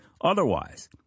Otherwise